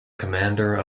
commander